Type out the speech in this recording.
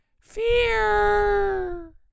fear